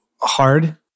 hard